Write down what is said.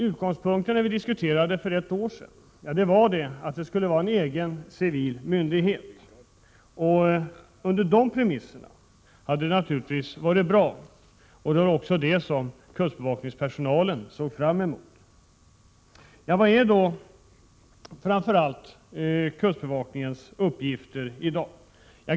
Utgångspunkten när vi diskuterade för ett år sedan var att det skulle vara en egen civil myndighet, och under de premisserna hade det naturligtvis varit bra. Det var också vad kustbevakningspersonalen såg fram mot. Vilka är då kustbevakningens huvudsakliga uppgifter i dag?